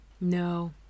no